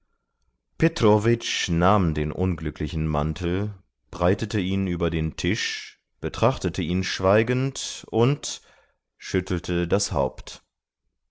nahm den unglücklichen mantel breitete ihn über den tisch betrachtete ihn schweigend und schüttelte das haupt